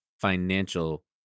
financial